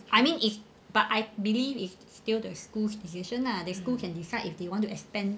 I mean if but I believe it's still the school's decision lah the school can decide if they want to expand